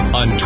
on